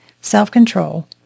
self-control